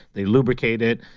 they lubricate it.